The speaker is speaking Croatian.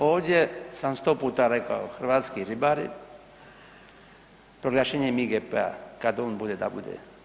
Ovdje sam sto puta rekao hrvatski ribari, proglašenjem IGP-a kad on bude da bude.